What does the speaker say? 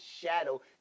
shadow